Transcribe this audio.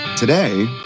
Today